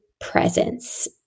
presence